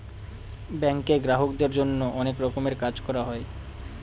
ব্যাঙ্কে গ্রাহকদের জন্য অনেক রকমের কাজ করা হয়